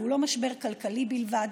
זהו לא משבר כלכלי בלבד,